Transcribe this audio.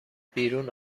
بیرون